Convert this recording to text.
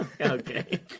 Okay